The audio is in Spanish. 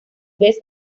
vez